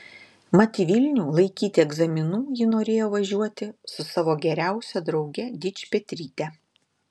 mat į vilnių laikyti egzaminų ji norėjo važiuoti su savo geriausia drauge dičpetryte